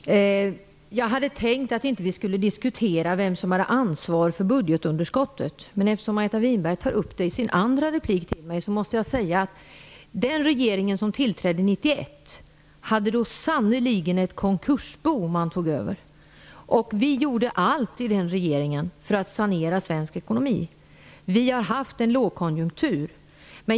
Herr talman! Jag hade tänkt att vi inte skulle diskutera vem som har ansvar för budgetunderskottet. Men eftersom Margareta Winberg tog upp i frågan i sitt andra inlägg, måste jag säga att den regering som tillträdde 1991 tog sannerligen över ett konkursbo. Vi i den regeringen gjorde allt för att sanera svensk ekonomi. Det har dessutom rått en lågkonjunktur.